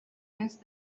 dins